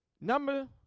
Number